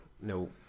no